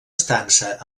estança